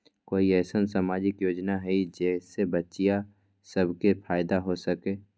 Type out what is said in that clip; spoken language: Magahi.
कोई अईसन सामाजिक योजना हई जे से बच्चियां सब के फायदा हो सके?